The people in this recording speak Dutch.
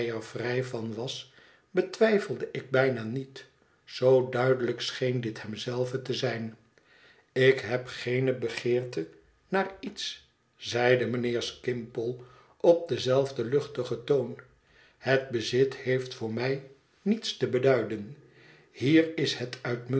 vrij van was betwijfelde ik bijna niet zoo duidelijk scheen dit hem zelven te zijn ik heb geene begeerte naar iets zeide mijnheer skimpole op denzelfden luchtigen toon het bezit heeft voor mij niets te beduiden hier is het